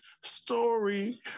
story